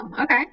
okay